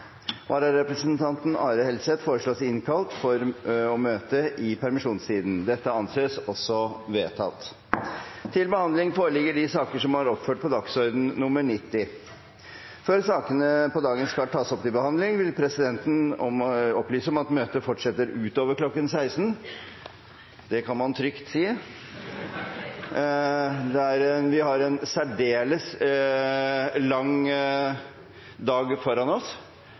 Vararepresentanten, Are Helseth, innkalles for å møte i permisjonstiden. Før sakene på dagens kart tas opp til behandling, vil presidenten opplyse om at møtet fortsetter utover kl. 16. Det kan man trygt si. Vi har en særdeles lang dag foran oss,